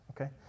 Okay